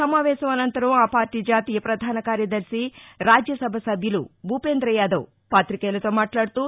సమావేశం అనంతరం ఆపార్టీ జాతీయ పధాన కార్యదర్భి రాజ్యసభ సభ్యులు భూపేంరయాదవ్ పాతికేయులతో మాట్లాదుతూ